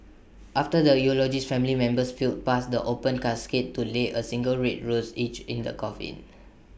after the eulogies family members filed past the open casket to lay A single red rose each in the coffin